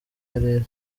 karere